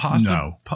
No